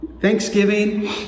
Thanksgiving